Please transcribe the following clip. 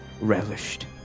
relished